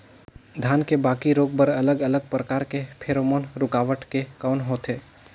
धान के बाकी रोग बर अलग अलग प्रकार के फेरोमोन रूकावट के कौन होथे?